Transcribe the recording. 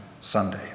Sunday